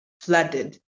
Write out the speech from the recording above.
flooded